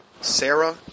Sarah